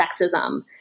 sexism